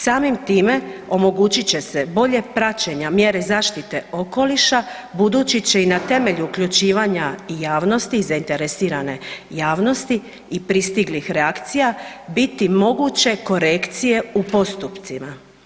Samim time omogućit će se bolje praćenje mjera zaštite okoliša budući će i na temelju uključivanja javnosti i zainteresirane javnosti i pristiglih reakcija biti moguće korekcije u postupcima.